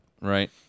Right